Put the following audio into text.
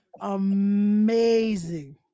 amazing